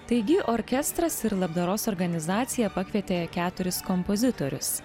taigi orkestras ir labdaros organizacija pakvietė keturis kompozitorius